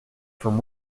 from